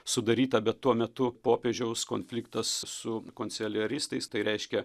sudarytą bet tuo metu popiežiaus konfliktas su konceliaristais tai reiškia